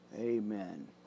Amen